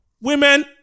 Women